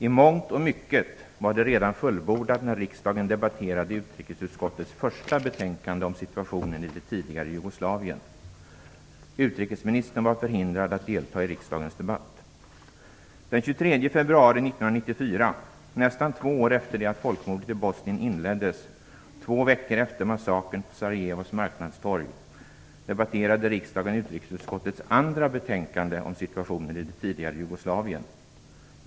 I mångt och mycket var det redan fullbordat när riksdagen debatterade utrikesutskottets första betänkande om Den 23 februari 1994 - nästan två år efter det att folkmordet i Bosnien inleddes och två veckor efter massakern på Sarajevos marknadstorg - debatterade riksdagen utrikesutskottets andra betänkande om "situationen i det tidigare Jugoslavien".